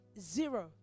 Zero